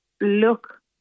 look